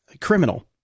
criminal